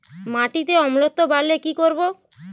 মাটিতে অম্লত্ব বাড়লে কি করব?